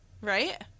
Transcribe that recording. Right